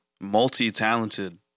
multi-talented